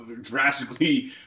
drastically